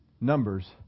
numbers